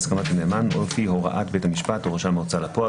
בהסכמת הנאמן או לפי הוראת בית המשפט או רשם ההוצאה לפועל,